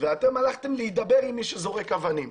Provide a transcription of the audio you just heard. ואתם הלכתם להידבר עם מי שזורק אבנים.